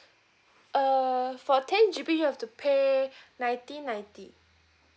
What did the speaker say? err for ten G_B you have to pay ninety ninety